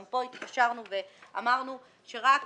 גם פה התפשרנו ואמרנו שרק